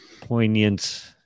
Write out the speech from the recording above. poignant